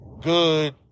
good